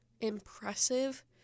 impressive